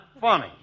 funny